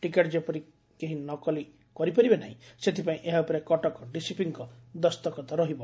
ticket ଯେପରି କେହି ନକଲ କରି ନପାରିବେ ସେଥିପାଇଁ ଏହାଉପରେ କଟକ ଡିସିପିଙ୍କ ଦସ୍ତଖତ ରହିବ